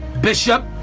Bishop